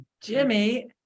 jimmy